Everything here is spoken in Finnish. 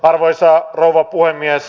arvoisa rouva puhemies